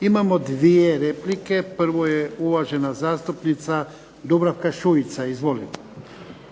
Imamo dvije replike. Prvo je uvažena zastupnica Dubravka Šuica. Izvolite.